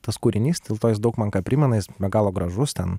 tas kūrinys dėl to jis daug man ką primena jis be galo gražus ten